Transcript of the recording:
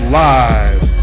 live